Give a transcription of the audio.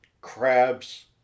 crabs